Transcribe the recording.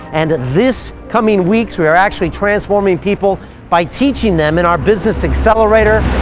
and this coming weeks, we are actually transforming people by teaching them in our business accelerator,